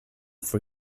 for